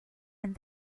and